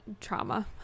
trauma